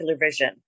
vision